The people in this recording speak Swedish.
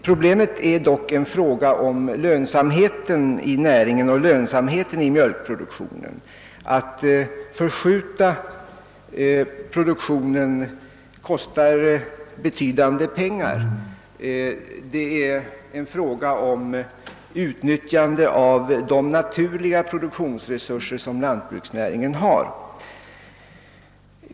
Ytterst är det dock fråga om lönsamhet i näringen och lönsamhet i produktionen. Att förskjuta produktionen kostar betydande summor. Det gäller att utnyttja de naturliga produktionsresurser som lantbruksnäringen har.